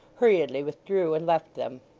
hurriedly withdrew, and left them.